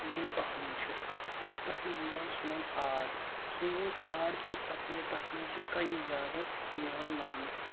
یِم اہم چھِ اَکھ منٛز چھِ تَتھ منٛز یِوان سون آر سون آر چھُ تَپٲرۍ تَتھ منٛز چھِ کَنہِ زیادٕ یِوان لَبنہٕ